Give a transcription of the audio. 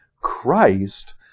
Christ